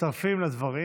מצטרפים לדברים